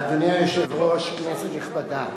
אדוני היושב-ראש, כנסת נכבדה,